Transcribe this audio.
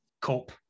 cope